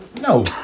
no